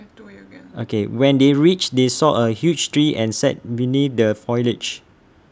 O K when they reached they saw A huge tree and sat beneath the foliage